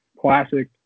classic